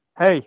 hey